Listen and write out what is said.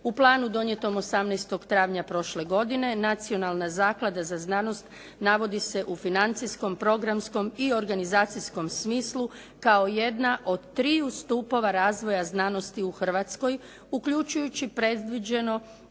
U planu donijetom 18. travnja prošle godine Nacionalna zaklada za znanost navodi se u financijskom, programskom i organizacijskom smislu kao jedna od triju stupova razvoja znanosti u Hrvatskoj uključujući predviđeno